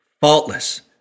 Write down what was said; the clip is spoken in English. faultless